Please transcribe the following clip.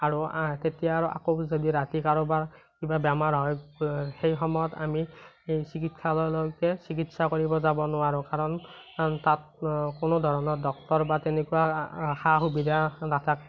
আৰু তেতিয়া আৰু আকৌ যদি ৰাতি কাৰোবাৰ কিবা বেমাৰ হয় সেই সময়ত আমি চিকিৎসালয়লৈকে চিকিৎসা কৰিব যাব নোৱাৰোঁ কাৰণ তাত কোনো ধৰণৰ ডক্টৰ বা তেনেকুৱা সা সুবিধা নাথাকে